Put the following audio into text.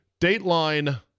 Dateline